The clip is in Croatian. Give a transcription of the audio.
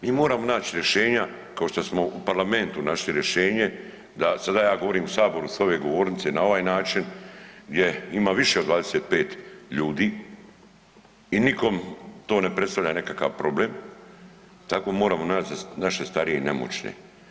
Mi moramo naći rješenja kao što smo u Parlamentu našli rješenje da sada ja govorim u Saboru s ove govornice na ovaj način gdje ima više od 25 ljudi i nikom to ne predstavlja nekakav problem, tako moramo naći za naše starije i nemoćne.